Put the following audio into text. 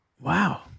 Wow